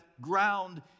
Ground